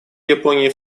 японии